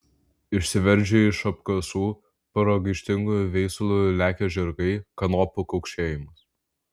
išsiveržę iš apkasų pragaištingu viesulu lekią žirgai kanopų kaukšėjimas